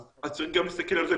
אז צריך גם להסתכל על זה.